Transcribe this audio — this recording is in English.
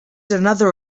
another